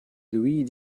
louis